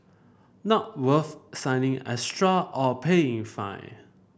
not worth signing extra or paying fine